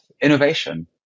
innovation